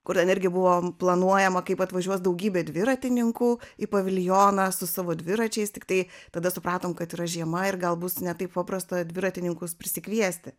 kur jin buvo planuojama kaip atvažiuos daugybė dviratininkų į paviljoną su savo dviračiais tiktai tada supratom kad yra žiema ir gal bus ne taip paprasta dviratininkus prisikviesti